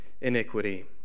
iniquity